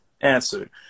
answer